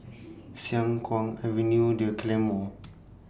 Siang Kuang Avenue The Claymore